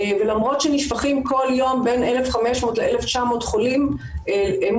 ולמרות שנשפכים כל יום בין 1,500 ל-1,900 מאומתים,